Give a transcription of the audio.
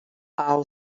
all